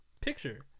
picture